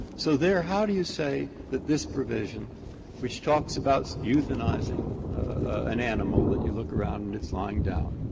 so there how do you say that this provision which talks about euthanizing an animal that you look around and is lying down,